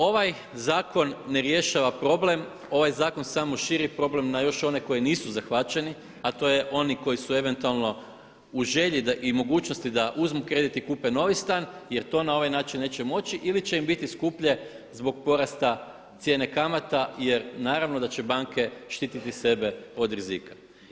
Ovaj zakon ne rješava problem, ovaj zakon samo širi problem na još one koji nisu zahvaćeni, a to su oni koji su eventualno u želji i mogućnosti da uzmu kredit i kupe novi stan jer to na ovaj način neće moći ili će im biti skuplje zbog porasta cijene kamata jer naravno da će banke štititi sebe od rizika.